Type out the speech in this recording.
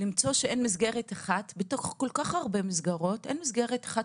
למצוא שאין מסגרת אחת בתוך כל כך הרבה מסגרות שהיא חלופת